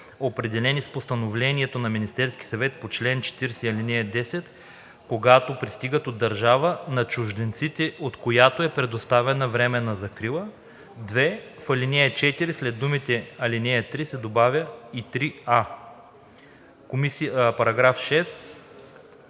определени с постановлението на Министерския съвет по чл. 40, ал. 10, когато пристигат от държава, на чужденците от която е предоставена временна закрила.“ 2. В ал. 4 след думите „ал. 3“ се добавя „и 3а“.“